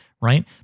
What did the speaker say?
right